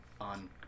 on